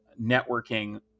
networking